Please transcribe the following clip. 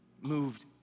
moved